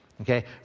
Okay